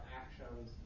actions